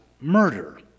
murder